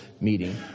meeting